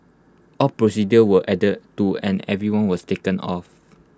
all procedures were adhered to and everyone was taken of